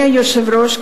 אדוני היושב-ראש,